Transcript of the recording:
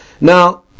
Now